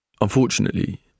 Unfortunately